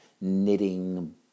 knitting